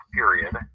period